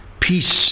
Peace